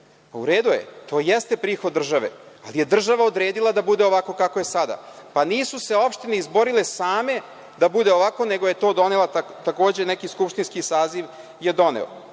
Pa, uredu je, to i jeste prihod države, ali je država odredila da bude ovako kako je sada. Pa, nisu se opštine izborile same da bude ovako, nego je to donela, takođe neki skupštinski saziv je doneo. Ne